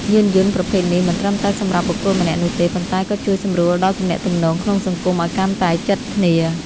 យានយន្តប្រភេទនេះមិនត្រឹមតែសម្រាប់បុគ្គលម្នាក់នោះទេប៉ុន្តែក៏ជួយសម្រួលដល់ទំនាក់ទំនងក្នុងសង្គមឱ្យកាន់តែជិតគ្នា។